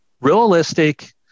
realistic